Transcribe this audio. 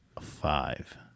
five